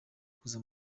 kuza